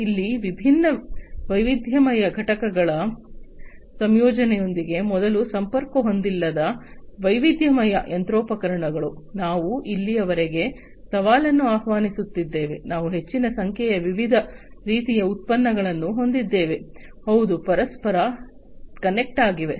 ಇಲ್ಲಿ ವಿಭಿನ್ನ ವೈವಿಧ್ಯಮಯ ಘಟಕಗಳ ಸಂಯೋಜನೆಯೊಂದಿಗೆ ಮೊದಲು ಸಂಪರ್ಕ ಹೊಂದಿಲ್ಲದ ವೈವಿಧ್ಯಮಯ ಯಂತ್ರೋಪಕರಣಗಳು ನಾವು ಇಲ್ಲಿಗೆ ಯಾವ ಸವಾಲನ್ನು ಆಹ್ವಾನಿಸುತ್ತಿದ್ದೇವೆ ನಾವು ಹೆಚ್ಚಿನ ಸಂಖ್ಯೆಯ ವಿವಿಧ ರೀತಿಯ ಉತ್ಪನ್ನಗಳನ್ನು ಹೊಂದಿದ್ದೇವೆ ಹೌದು ಪರಸ್ಪರ ಕನೆಕ್ಟ್ ಆಗಿವೆ